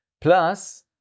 plus